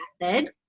method